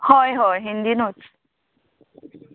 होय होय हिंदीनूच